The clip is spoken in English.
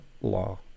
law